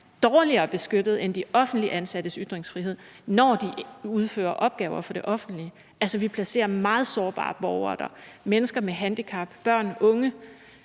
dårligere beskyttet end de offentligt ansattes ytringsfrihed, når de udfører opgaver for det offentlige? Altså, vi placerer meget sårbare borgere der, mennesker med handicap, børn, unge,